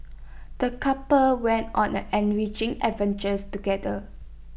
the couple went on an enriching adventures together